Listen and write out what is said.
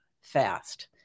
fast